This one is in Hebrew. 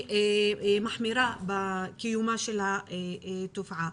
היא מחמירה בקיומה של התופעה.